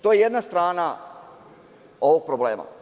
To je jedna strana ovog problema.